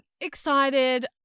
excited